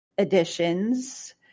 editions